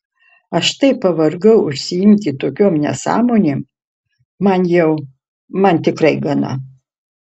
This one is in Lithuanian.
aš taip pavargau užsiimti tokiom nesąmonėm man jau man tikrai gana